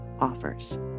offers